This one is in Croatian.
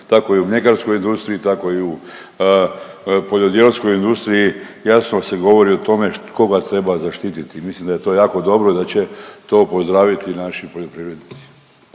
tako i u mljekarskoj industriji, tako i u poljodjeljskoj industriji jasno se govori o tome koga treba zaštititi. Mislim da je to jako dobro i da će to pozdraviti i naši poljoprivrednici.